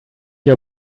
your